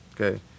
Okay